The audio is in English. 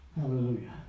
Hallelujah